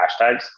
hashtags